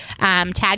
Tag